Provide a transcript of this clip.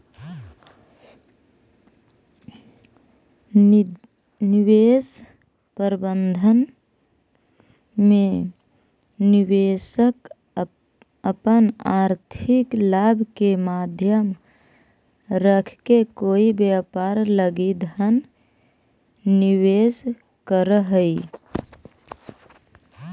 निवेश प्रबंधन में निवेशक अपन आर्थिक लाभ के ध्यान रखके कोई व्यापार लगी धन निवेश करऽ हइ